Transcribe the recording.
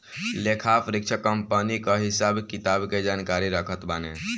लेखापरीक्षक कंपनी कअ हिसाब किताब के जानकारी रखत बाने